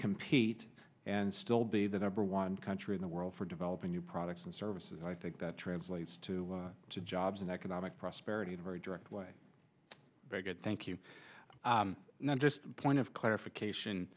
compete and still be the number one country in the world for developing new products and services i think that translates to jobs and economic prosperity in a very direct way very good thank you not just point of clarification